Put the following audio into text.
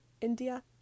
India